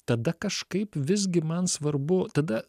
tada kažkaip visgi man svarbu tada